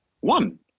One